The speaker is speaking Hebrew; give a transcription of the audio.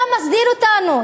אתה מסדיר אותנו,